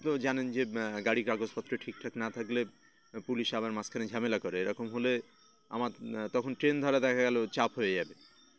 তো জানেন যে গাড়ির কাগজপত্র ঠিকঠাক না থাকলে পুলিশ আবার মাঝখানে ঝামেলা করে এরকম হলে আমার তখন ট্রেন ধারা দেখা গেলো চাপ হয়ে যাবে